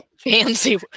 Fancy